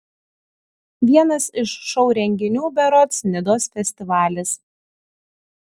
vienas iš šou renginių berods nidos festivalis